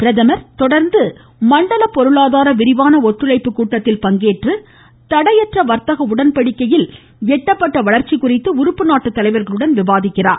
பிரதமர் தொடர்ந்து மண்டல பொருளாதார விரிவான ஒத்துழைப்பு கூட்டத்தில் பங்கேற்று தடையற்ற வர்த்தக உடன்படிக்கையில் எட்டப்பட்ட வளர்ச்சி குறித்து உறுப்புநாட்டு தலைவர்களுடன் விவாதிக்கிறார்